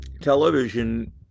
television